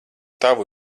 tavu